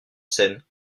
scène